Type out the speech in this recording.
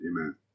Amen